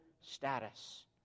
status